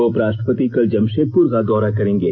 उपराष्ट्रपति कल जमषेदपुर का दौरा करेंगे